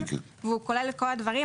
והוא כולל את כל הדברים,